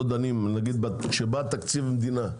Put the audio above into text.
כשבא תקציב מדינה,